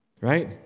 right